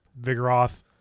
Vigoroth